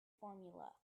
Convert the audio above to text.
formula